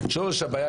שורש הבעיה,